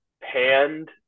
panned